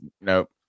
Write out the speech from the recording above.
nope